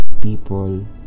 people